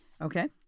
Okay